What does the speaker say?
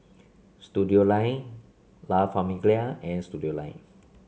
Studioline La Famiglia and Studioline